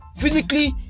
physically